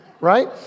right